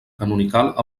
canonical